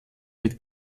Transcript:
mit